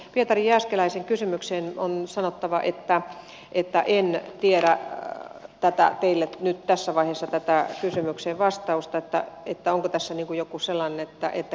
pietari jääskeläisen kysymykseen on sanottava että en tiedä nyt tässä vaiheessa teidän kysymykseenne vastausta että onko tässä niin kuin joku sellainen että kierrettäisiin tätä